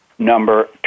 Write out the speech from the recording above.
number